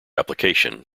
application